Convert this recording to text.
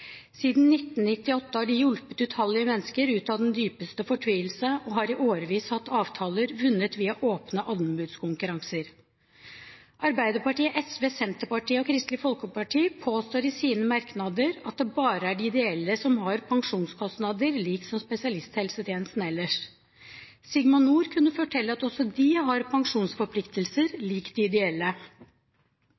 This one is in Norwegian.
Siden 1998 har de hjulpet utallige mennesker ut av den dypeste fortvilelse og har i årevis hatt avtaler vunnet via åpne anbudskonkurranser. Arbeiderpartiet, SV, Senterpartiet og Kristelig Folkeparti påstår i sine merknader at det bare er de ideelle aktører som har pensjonskostnader lik som spesialisthelsetjenesten ellers. Sigma Nord kunne fortelle at også de har pensjonsforpliktelser